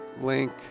link